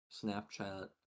Snapchat